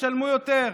תשלמו יותר.